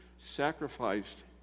Sacrificed